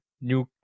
new